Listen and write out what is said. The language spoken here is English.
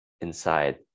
inside